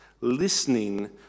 Listening